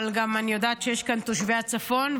אבל אני יודעת שיש גם תושבים מהצפון,